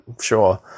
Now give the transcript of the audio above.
sure